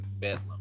Bedlam